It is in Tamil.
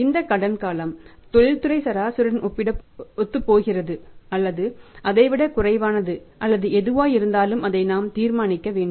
இந்த கடன் காலம் தொழில்துறை சராசரியுடன் ஒத்துப்போகிறது அல்லது அதை விட குறைவானது அல்லது எதுவாயிருந்தாலும் அதை நாம் தீர்மானிக்க வேண்டும்